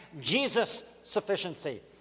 Jesus-sufficiency